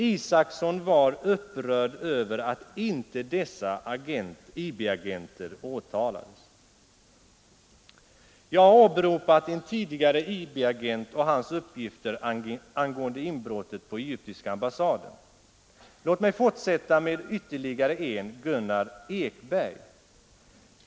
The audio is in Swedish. Isacson var upprörd över att inte dessa IB-agenter åtalades. Jag har åberopat en tidigare IB-agent och hans uppgifter angående inbrottet på egyptiska ambassaden. Låt mig fortsätta med ytterligare en, Gunnar Ekberg.